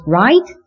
right